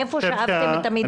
מאיפה שאבתם את המידע?